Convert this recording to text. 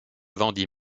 vendit